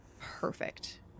perfect